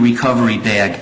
recovery there